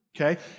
okay